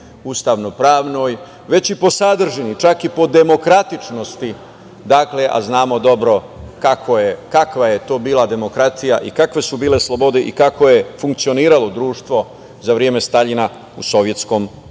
ustavno pravnoj, već i po sadržini, i po demokratičnosti, dakle, a znamo dobro kakva je bila to demokratija i kakve su bile slobode, kako je funkcioniralo društvo za vreme Staljina u Sovjetskom savezu.